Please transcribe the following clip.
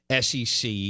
SEC